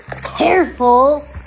careful